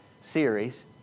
series